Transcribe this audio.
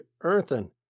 earthen